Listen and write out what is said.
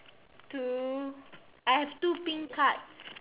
two I have two pink cards